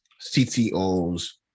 CTOs